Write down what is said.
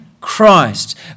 Christ